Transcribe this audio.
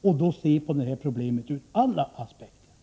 Man måste se problemet ur alla aspekter.